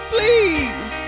Please